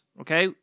okay